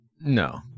No